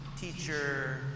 teacher